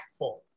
impactful